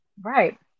Right